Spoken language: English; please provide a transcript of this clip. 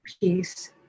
peace